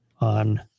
on